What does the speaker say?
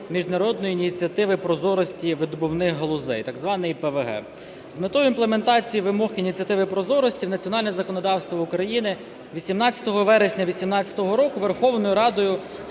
міжнародної Ініціативи прозорості видобувних галузей, так зване ІПВГ. З метою імплементації вимог Ініціативи прозорості в національне законодавство України 18 вересня 18-го року Верховною Радою